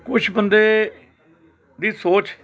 ਕੁਛ ਬੰਦੇ ਦੀ ਸੋਚ